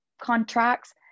contracts